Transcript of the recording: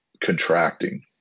contracting